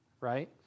right